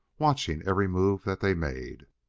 watching every move that they made.